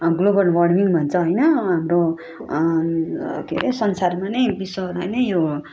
global warming भन्छ होइन हाम्रो के अरे संसारमा नै विश्वमा नै यो